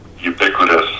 ubiquitous